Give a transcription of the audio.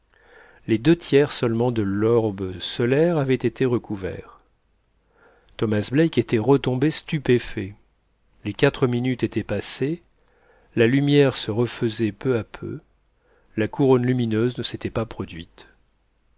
les deux tiers seulement de l'orbe solaire avaient été recouverts thomas black était retombé stupéfait les quatre minutes étaient passées la lumière se refaisait peu à peu la couronne lumineuse ne s'était pas produite